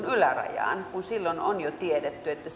yläraja kun silloin on jo tiedetty että